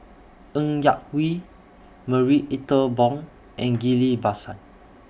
Ng Yak Whee Marie Ethel Bong and Ghillie BaSan